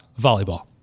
Volleyball